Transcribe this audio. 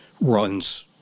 runs